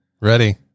Ready